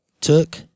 took